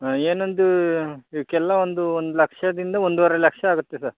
ಹಾಂ ಏನೊಂದು ಇವಕ್ಕೆಲ್ಲ ವಂದು ಒಂದು ಲಕ್ಷದಿಂದ ಒಂದುವರೆ ಲಕ್ಷ ಆಗುತ್ತೆ ಸರ್